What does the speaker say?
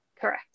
correct